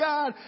God